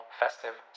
festive